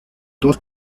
dos